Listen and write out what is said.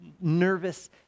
nervous